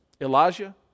Elijah